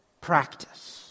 practice